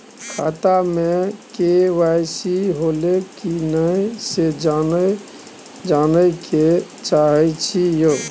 खाता में के.वाई.सी होलै की नय से जानय के चाहेछि यो?